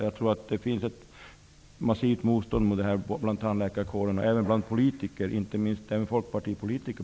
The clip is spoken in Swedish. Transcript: Jag tror att det finns ett massivt motstånd mot det här förslaget bland tandläkarkåren och även bland politiker, inte minst bland folkpartipolitiker.